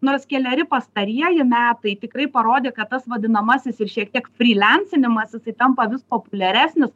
nors keleri pastarieji metai tikrai parodė kad tas vadinamasis ir šiek tiek frylensinimas jisai tampa vis populiaresnis